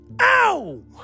Ow